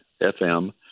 FM